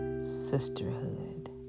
sisterhood